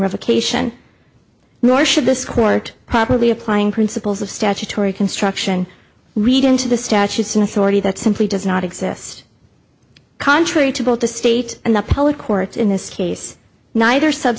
revocation nor should this court properly applying principles of statutory construction read into the statutes an authority that simply does not exist contrary to both the state and the appellate court in this case neither sub